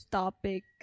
topic